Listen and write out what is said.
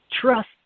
trust